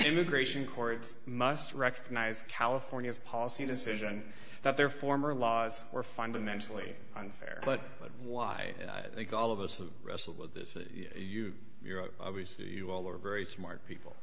immigration courts must recognize california's policy decision that their former laws were fundamentally unfair but why i think all of us who wrestle with this issue you obviously you all are very smart people